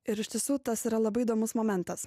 ir iš tiesų tas yra labai įdomus momentas